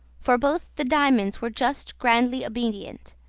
for both the diamonds were just grandly obedient.